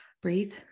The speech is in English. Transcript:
Breathe